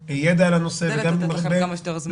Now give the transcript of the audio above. ידע על הנושא --- אני משתדלת לתת לכם כמה שיותר זמן.